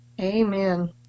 Amen